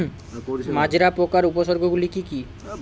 মাজরা পোকার উপসর্গগুলি কি কি?